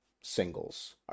singles